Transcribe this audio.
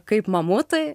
kaip mamutai